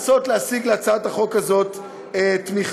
ופעלנו לנסות להשיג להצעת החוק הזאת תמיכה,